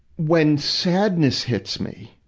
when sadness hits me,